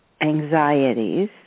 anxieties